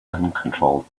uncontrolled